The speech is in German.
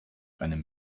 einem